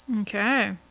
Okay